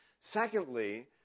Secondly